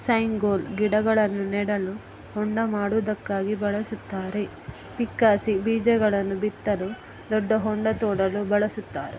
ಸೈಂಗೋಲ್ ಗಿಡಗಳನ್ನು ನೆಡಲು ಹೊಂಡ ಮಾಡುವುದಕ್ಕಾಗಿ ಬಳಸುತ್ತಾರೆ ಪಿಕ್ಕಾಸಿ ಬೀಜಗಳನ್ನು ಬಿತ್ತಲು ದೊಡ್ಡ ಹೊಂಡ ತೋಡಲು ಬಳಸುತ್ತಾರೆ